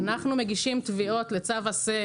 אנחנו מגישים תביעות לצו "עשה".